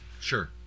Sure